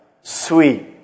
sweet